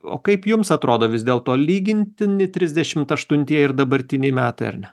o kaip jums atrodo vis dėlto lygintini trisdešimt aštuntieji ir dabartiniai metai ar ne